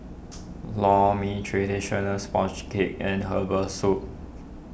Lor Mee Traditional Sponge Cake and Herbal Soup